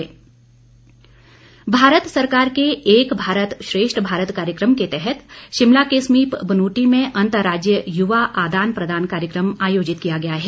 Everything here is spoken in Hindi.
एक भारत भारत सरकार के एक भारत श्रेष्ठ भारत कार्यक्रम के तहत शिमला के समीप बनूटी में अंतर्राज्यीय युवा आदान प्रदान कार्यक्रम आयोजित किया गया है